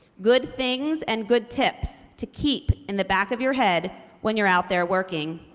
good things and good tips to keep in the back of your head when you're out there working.